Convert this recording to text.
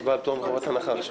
----- פטור מחובת הנחה.